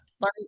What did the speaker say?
learn